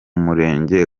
murenge